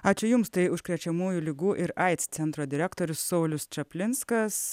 ačiū jums tai užkrečiamųjų ligų ir aids centro direktorius saulius čaplinskas